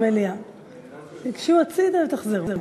גשו הצדה ותחזרו.